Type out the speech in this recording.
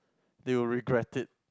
they will regret it